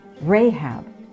Rahab